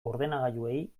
ordenagailuei